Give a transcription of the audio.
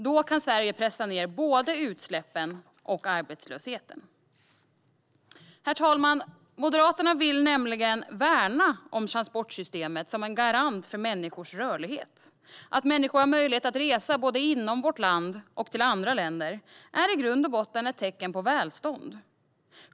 Då kan Sverige pressa ned både utsläppen och arbetslösheten. Herr talman! Moderaterna vill nämligen värna om transportsystemet som en garant för människors rörlighet. Att människor har möjlighet att resa både inom vårt land och till andra länder är i grund och botten ett tecken på välstånd.